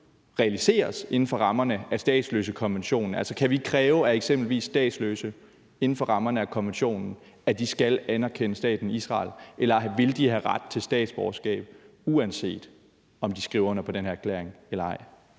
realiseres inden for rammerne af statsløsekonventionen? Kan vi kræve, at eksempelvis statsløse inden for rammerne af konventionen skal anerkende staten Israel, eller vil de have ret til statsborgerskab, uanset om de skriver under på den her erklæring eller ej?